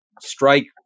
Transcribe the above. strike